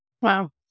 Wow